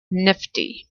nifty